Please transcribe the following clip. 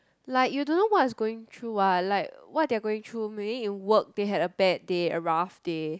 like you don't know what is going through what like what their going through maybe in work they had a bad day a rough day